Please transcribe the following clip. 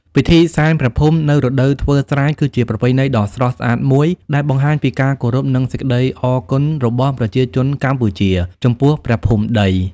ពិធីសែនព្រះភូមិនៅរដូវធ្វើស្រែគឺជាប្រពៃណីដ៏ស្រស់ស្អាតមួយដែលបង្ហាញពីការគោរព និងសេចក្ដីអរគុណរបស់ប្រជាជនកម្ពុជា ចំពោះព្រះភូមិដី។